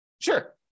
Sure